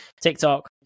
TikTok